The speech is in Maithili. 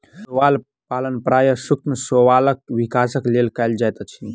शैवाल पालन प्रायः सूक्ष्म शैवालक विकासक लेल कयल जाइत अछि